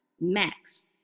max